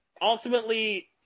ultimately